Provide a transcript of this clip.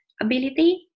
ability